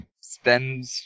spend